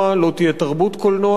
לא תהיה תרבות קולנוע,